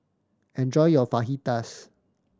enjoy your Fajitas